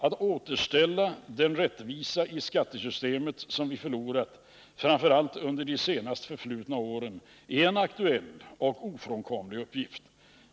Att återställa den rättvisa i skattesystemet som vi förlorat framför allt under de senast förflutna åren är en aktuell och ofrånkomlig uppgift.